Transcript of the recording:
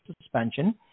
suspension